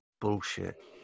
bullshit